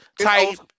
type